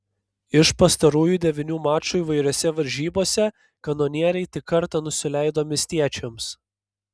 iš pastarųjų devynių mačų įvairiose varžybose kanonieriai tik kartą nusileido miestiečiams